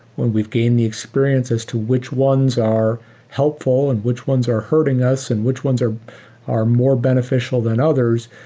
we've gained the experiences to which ones are helpful and which ones are hurting us and which ones are are more beneficial than others,